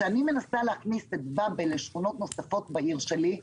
כשאני מנסה להכניס את באבל לשכונות נוספות בעיר שלי,